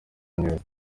neza